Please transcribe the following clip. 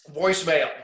voicemail